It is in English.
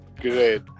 great